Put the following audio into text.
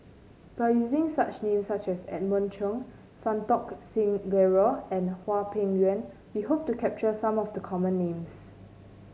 by using such name such as Edmund Cheng Santokh Singh Grewal and Hwang Peng Yuan we hope to capture some of the common names